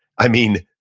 i mean,